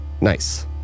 Nice